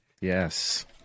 Yes